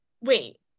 wait